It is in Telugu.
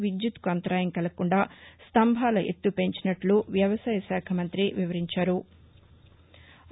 విద్యుత్కు అంతరాయం కలగకుండా స్తంభాల ఎత్తు పెంచినట్లు వ్యవసాయశాఖ మంత్రి వివరించారు